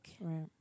Right